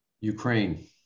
Ukraine